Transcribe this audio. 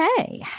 Okay